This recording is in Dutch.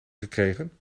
gekregen